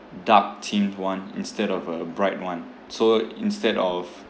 dark themed one instead of a bright one so instead of